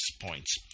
points